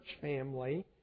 family